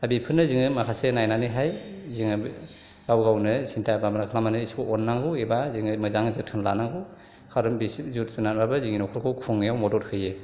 दा बेफोरनो जोङो माखासे नायनानैहाय जोङो गाव गावनो सिन्था भाबना खालामनानै इसोरखौ अननांगौ एबा जोङो मोजाङै जोथोन लानांगौ खारन बिसोर जिब जुनाराबो जोंनि न'खरखौ खुंनायाव मदद होयो